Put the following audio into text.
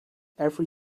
every